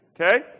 Okay